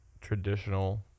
traditional